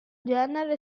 genere